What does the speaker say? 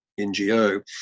NGO